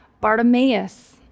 Bartimaeus